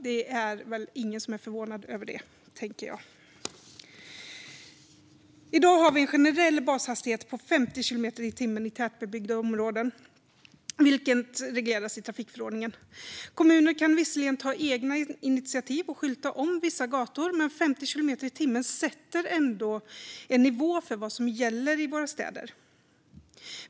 Det är väl ingen som är förvånad över det, tänker jag. I dag har vi en generell bashastighet på 50 kilometer i timmen i tätbebyggda områden, vilket regleras i trafikförordningen. Kommuner kan visserligen ta egna initiativ och skylta om vissa gator, men 50 kilometer i timmen sätter ändå en nivå för vad som gäller i våra städer.